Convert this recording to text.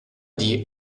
die